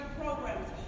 programs